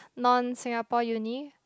non Singapore uni